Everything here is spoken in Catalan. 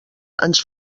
ens